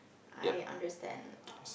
I understand